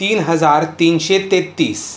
तीन हजार तीनशे तेत्तीस